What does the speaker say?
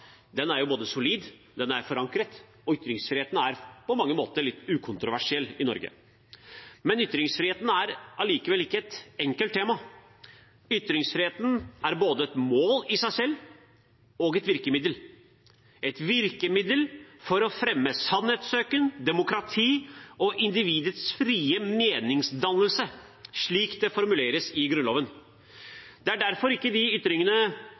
den både er solid forankret og på mange måter litt ukontroversiell. Men ytringsfrihet er allikevel ikke et enkelt tema. Ytringsfriheten er både et mål i seg selv og et virkemiddel – et virkemiddel for å fremme «sannhetssøken, demokrati og individets frie meningsdannelse», slik det formuleres i Grunnloven. Det er derfor ikke de ytringene alle er enige om, som trenger vern. Likegyldigheter og selvfølgeligheter klarer seg fint uten. De ytringene